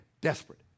desperate